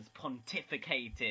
pontificated